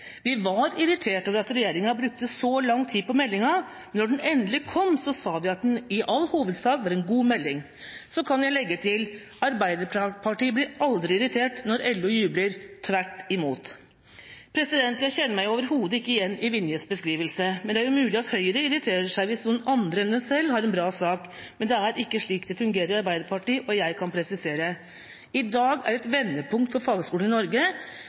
Vi var irritert over at regjeringa brukte så lang tid på meldinga. Da den endelig kom, sa vi at det i all hovedsak var en god melding. Så kan jeg legge til: Arbeiderpartiet blir aldri irritert når LO jubler, tvert imot. Jeg kjenner meg overhodet ikke igjen i Vinjes beskrivelse. Det er mulig at Høyre irriterer seg hvis noen andre enn de selv har en bra sak, men det er ikke slik det fungerer i Arbeiderpartiet, og jeg kan presisere: I dag er et vendepunkt for fagskolene i Norge.